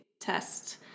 test